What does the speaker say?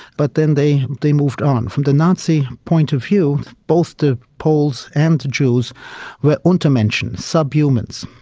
but then they they moved on. from the nazi point of view, both the poles and the jews were untermenschen, subhumans,